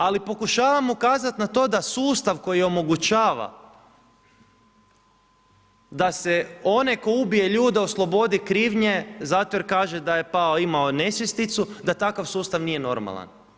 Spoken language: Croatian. Ali pokušavam ukazati na to da sustav koji omogućava da se onaj tko ubije ljude oslobodi krivnje, zato jer kaže da je pao, imao nesvjesticu, da takav sustav nije normalan.